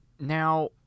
Now